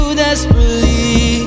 desperately